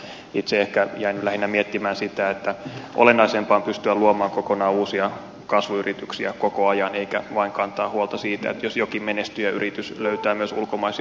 mutta itse ehkä jäin lähinnä miettimään sitä että olennaisempaa on pystyä luomaan kokonaan uusia kasvuyrityksiä koko ajan eikä vain kantaa huolta siitä että jos jokin menestyjäyritys löytää myös ulkomaisia rahoittajia